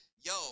yo